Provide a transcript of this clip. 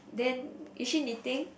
then is she knitting